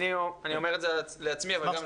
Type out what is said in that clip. אני אומר את זה לעצמי אבל גם לך --- מה